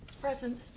Present